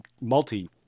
multi